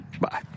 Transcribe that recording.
Bye